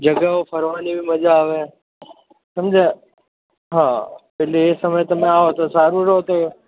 જગાઓ ફરવાની બી મજા આવે સમજ્યા હં એટલે એ સમય તમે આવો તો સારું રહો તો